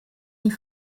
die